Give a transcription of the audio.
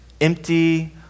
empty